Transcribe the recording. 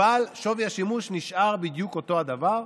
אבל שווי השימוש נשאר בדיוק אותו דבר,